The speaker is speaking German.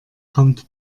kommt